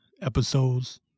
Episodes